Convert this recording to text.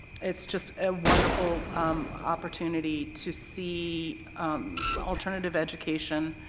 it is just, a wonderful opportunity to see alternative education